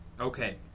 Okay